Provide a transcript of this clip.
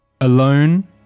alone